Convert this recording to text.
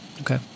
Okay